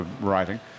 writing